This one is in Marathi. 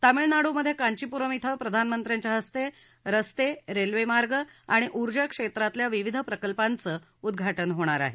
तामिळनाडूमधे कांचीपुरम इथं प्रधानमंत्र्यांच्या हस्ते रस्ते रेल्वेमार्ग आणि ऊर्जा क्षेत्रातल्या विविध प्रकल्पांचं उद्घाटन होणार आहे